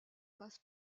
passe